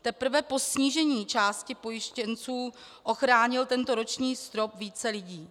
Teprve po snížení části pojištěnců ochránil tento roční strop více lidí.